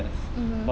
mmhmm